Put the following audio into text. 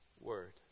word